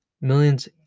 millions